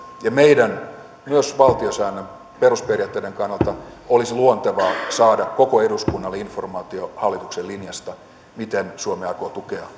ja myös valtiosäännön perusperiaatteiden kannalta olisi luontevaa saada koko eduskunnalle informaatio hallituksen linjasta miten suomi aikoo tukea